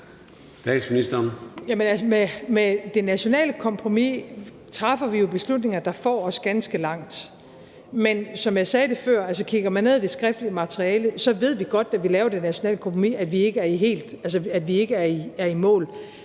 med det nationale kompromis træffer vi jo beslutninger, der får os ganske langt. Men som jeg sagde det før, er det sådan, at hvis man kigger på det skriftlige materiale, kan man se, at vi, da vi laver det nationale kompromis, godt ved, at vi ikke er i mål.